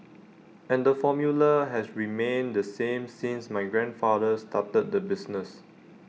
and the formula has remained the same since my grandfather started the business